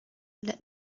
let